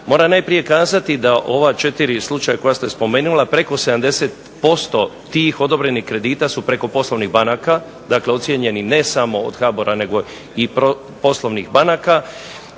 Moram najprije kazati da ova četiri slučaja koji ste spomenuli preko 70% tih odobrenih kredita su preko poslovnih banaka, ocijenjenih ne samo od HBOR-a nego i poslovnih banaka